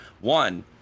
One